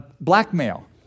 blackmail